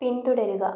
പിന്തുടരുക